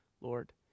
Lord